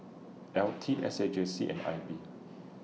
L T S A J C and I B